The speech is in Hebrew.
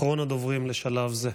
אחרון הדוברים לשלב זה.